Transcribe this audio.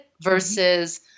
versus